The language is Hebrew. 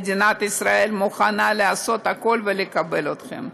מדינת ישראל מוכנה לעשות הכול ולקבל אתכם.